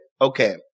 okay